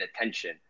attention